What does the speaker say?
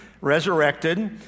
resurrected